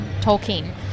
Tolkien